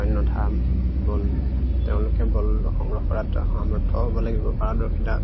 অন্যথা বল তেওঁলোকে বল সংগ্ৰহ কৰাত সামৰ্থ হ'ব লাগিব পাৰদৰ্শিতা